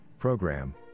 Program